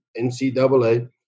NCAA